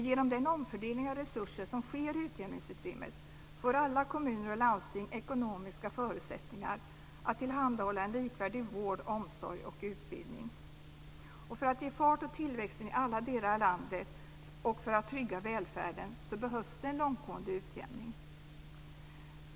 Genom den omfördelning av resurser som sker i utjämningssystemet får alla kommuner och landsting ekonomiska förutsättningar att tillhandahålla en likvärdig vård, omsorg och utbildning. För att ge fart åt tillväxten i alla delar och för att trygga välfärden behövs det en långtgående utjämning.